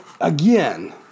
again